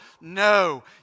No